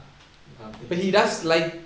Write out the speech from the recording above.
after he